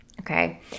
Okay